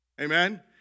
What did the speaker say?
Amen